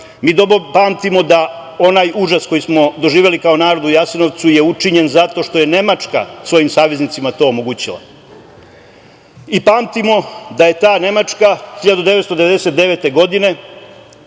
Mi dobro pamtimo da onaj užas koji smo doživeli kao narod u Jasenovcu je učinjen zato što je Nemačka svojim saveznicima to omogućila. Pamtimo i da je ta Nemačka 1999. godine